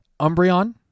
Umbreon